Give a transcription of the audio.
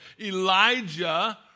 Elijah